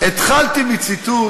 התחלתי בציטוט